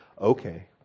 Okay